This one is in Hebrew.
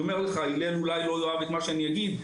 אורי אולי לא יאהב את מה שאני אגיד,